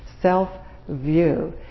Self-view